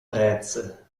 rätsel